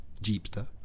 Jeepster